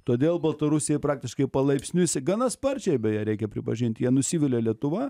todėl baltarusija praktiškai palaipsniui jisai gana sparčiai beje reikia pripažint jie nusivilia lietuva